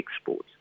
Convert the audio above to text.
exports